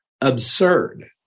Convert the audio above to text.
absurd